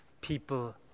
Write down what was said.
people